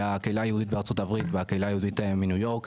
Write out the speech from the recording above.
שהקהילה היהודית בארה"ב והקהילה היהודית מניו יורק,